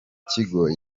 kigo